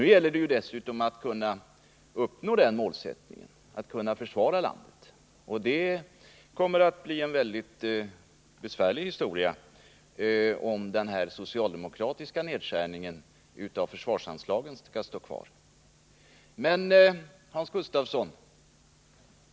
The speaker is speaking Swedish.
Nu gäller det dessutom att kunna uppnå det uppsatta målet, nämligen att kunna försvara landet. Det kommer att bli en väldigt besvärlig historia om socialdemokraternas nedskärning av försvarsanslaget blir bestående.